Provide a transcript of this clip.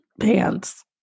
pants